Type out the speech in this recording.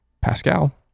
Pascal